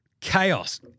Chaos